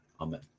Amen